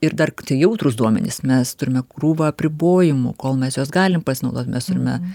ir dar tai jautrūs duomenys mes turime krūvą apribojimų kol mes juos galim pasinaudot mes turime